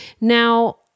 Now